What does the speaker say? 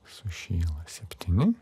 sušyla septyni